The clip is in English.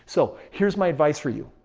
so, here's my advice for you.